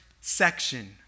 section